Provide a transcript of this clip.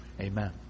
Amen